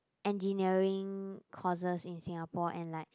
engineering courses in Singapore and like